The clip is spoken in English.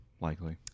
likely